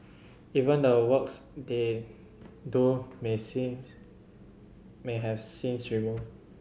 even the works they do may sees may have scenes removed